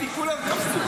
ראיתי, כולם קפצו.